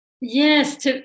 Yes